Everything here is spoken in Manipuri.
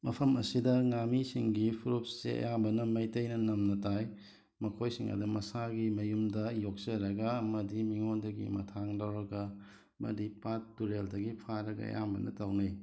ꯃꯐꯝ ꯑꯁꯤꯗ ꯉꯥꯃꯤꯁꯤꯡꯒꯤ ꯐꯨꯔꯨꯞꯁꯦ ꯑꯌꯥꯝꯕꯅ ꯃꯩꯇꯩꯅ ꯅꯝꯅ ꯇꯥꯏ ꯃꯈꯣꯏꯁꯤꯡ ꯑꯗꯨ ꯃꯁꯥꯒꯤ ꯃꯌꯨꯝꯗ ꯌꯣꯛꯆꯔꯒ ꯑꯃꯗꯤ ꯃꯤꯉꯣꯟꯗꯒꯤ ꯃꯊꯥꯡ ꯂꯩꯔꯒ ꯑꯃꯗꯤ ꯄꯥꯠ ꯇꯨꯔꯦꯜꯗꯒꯤ ꯐꯥꯔꯒ ꯑꯌꯥꯝꯕꯅ ꯇꯧꯅꯩ